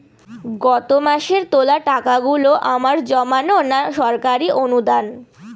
গত মাসের তোলা টাকাগুলো আমার জমানো না সরকারি অনুদান?